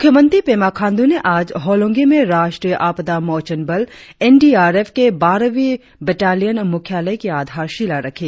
मुख्यमंत्री पेमा खांड्र ने आज होलोंगी में राष्ट्रीय आपदा मौचन बल एन डी आर एफ के बारहबीं बटालियन मुख्यालय की आधारशिला रखी